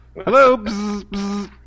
Hello